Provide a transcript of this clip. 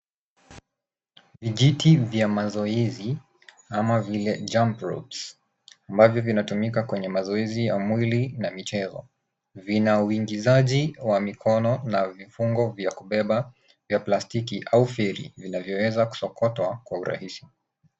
Vijiti vya mazoezi kama vile jump ropes ambavyo vinatumikakwneye mazoezi ya mwili na michezo vina uingizaji wa mikono na vifungo vya kubeba vya plastiki au feri vinavyoweza kusokotwa kwa urahisi.